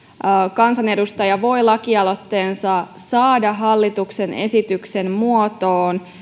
kansanedustaja voi lakialoitteensa saada hallituksen esityksen muotoon